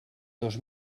dos